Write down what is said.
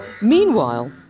Meanwhile